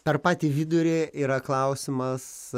per patį vidurį yra klausimas